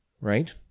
Right